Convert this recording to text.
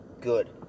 Good